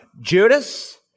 Judas